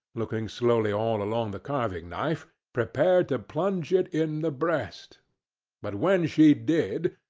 looking slowly all along the carving-knife, prepared to plunge it in the breast but when she did,